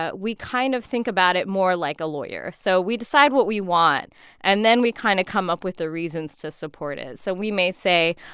ah we kind of think about it more like a lawyer. so we decide what we want and then we kind of come up with the reasons to support it. so we may say,